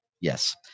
Yes